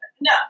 No